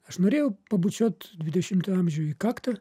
aš norėjau pabučiuot dvidešimtą amžių į kaktą